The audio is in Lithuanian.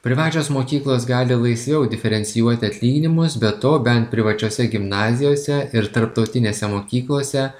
privačios mokyklos gali laisviau diferencijuoti atlyginimus be to bent privačiose gimnazijose ir tarptautinėse mokyklose